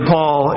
Paul